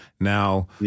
now